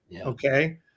Okay